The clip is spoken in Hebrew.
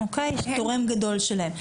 תורם גדול שלהם.